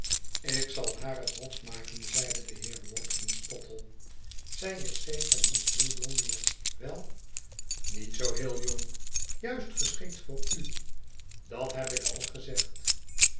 ik zal haar het hof maken zeide de heer watkins tottle zij is zeker niet heel jong meer wel niet zoo heel jong juist geschikt voor u dat heb ik al gezegd